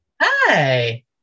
Hi